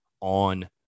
on